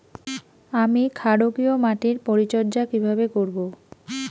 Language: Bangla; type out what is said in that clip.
আমি ক্ষারকীয় মাটির পরিচর্যা কিভাবে করব?